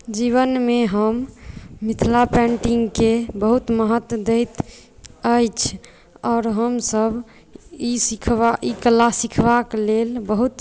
जीवनमे हम मिथिला पेन्टिंग केँ बहुत महत्व दैत अछि आओर हमसभ ई कला सिखबाके लेल बहुत